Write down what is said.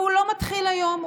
שהוא לא מתחיל היום,